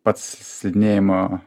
pats slidinėjimo